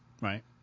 right